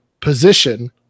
position